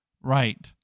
Right